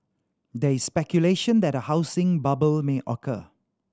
there is speculation that a housing bubble may occur